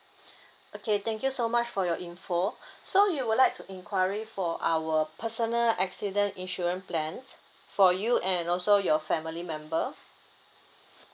okay thank you so much for your info so you would like to enquiry for our personal accident insurance plan for you and also your family member